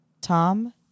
Tom